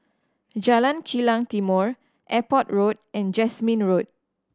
Jalan Kilang Timor Airport Road and Jasmine Road